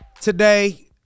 today